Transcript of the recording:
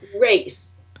race